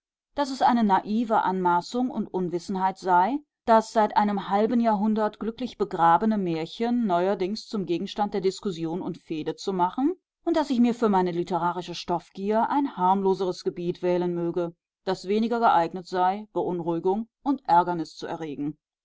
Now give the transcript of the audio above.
daß es eine naive anmaßung und unwissenheit sei das seit einem halben jahrhundert glücklich begrabene märchen neuerdings zum gegenstand der diskussion und fehde zu machen und daß ich mir für meine literarische stoffgier ein harmloseres gebiet wählen möge das weniger geeignet sei beunruhigung und ärgernis zu erregen